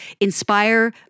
inspire